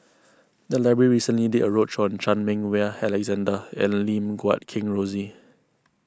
the library recently did a roadshow on Chan Meng Wah Alexander and Lim Guat Kheng Rosie